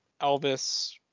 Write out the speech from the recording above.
Elvis